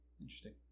Interesting